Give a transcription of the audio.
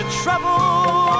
Trouble